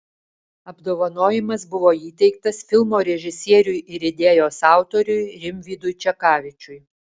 apdovanojimas buvo įteiktas filmo režisieriui ir idėjos autoriui rimvydui čekavičiui